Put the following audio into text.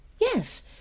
Yes